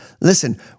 Listen